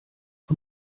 let